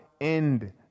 end